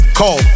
call